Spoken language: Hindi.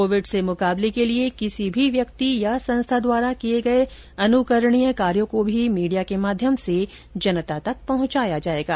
कोविड से मुकाबले के लिए किसी व्यक्ति अथवा संस्था द्वारा किए गए अनुकरणीय कार्यों को भी मीडिया के माध्यम से जनता तक पहुंचाया जाएगा